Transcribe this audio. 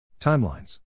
Timelines